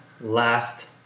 last